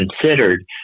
considered